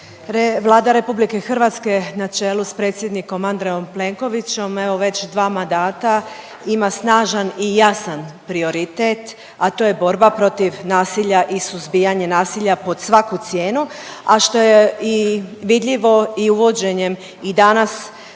Vlada RH na čelu s predsjednikom Andrejom Plenkovićom, evo, već 2 madata ima snažan i jasan prioritet, a to je borba protiv nasilja i suzbijanje nasilja pod svaku cijenu, a što je i vidljivo i uvođenjem i danas kaznenog